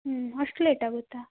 ಹ್ಞೂ ಅಷ್ಟು ಲೇಟ್ ಆಗುತ್ತಾ